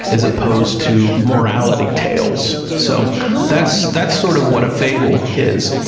as opposed to morality tales. so that's that's sort of what a fable is.